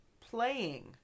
playing